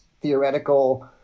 theoretical